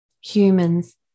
humans